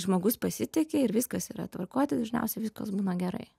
žmogus pasitiki ir viskas yra tvarkoj tai dažniausiai viskas būna gerai